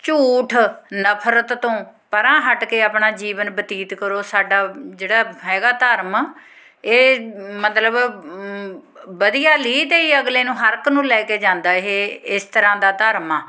ਝੂਠ ਨਫਰਤ ਤੋਂ ਪਰਾਂ ਹਟ ਕੇ ਆਪਣਾ ਜੀਵਨ ਬਤੀਤ ਕਰੋ ਸਾਡਾ ਜਿਹੜਾ ਹੈਗਾ ਧਰਮ ਆ ਇਹ ਮਤਲਬ ਵਧੀਆ ਲੀਹ 'ਤੇ ਹੀ ਅਗਲੇ ਨੂੰ ਹਰ ਇੱਕ ਨੂੰ ਲੈ ਕੇ ਜਾਂਦਾ ਇਹ ਇਸ ਤਰ੍ਹਾਂ ਦਾ ਧਰਮ ਆ